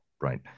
Right